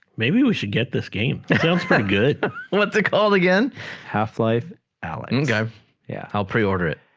maybe we should get this game sound good what's the call again half-life allen guy yeah i'll preorder it